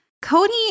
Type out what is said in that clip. Cody